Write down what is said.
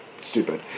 Stupid